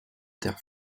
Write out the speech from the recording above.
terre